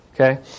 Okay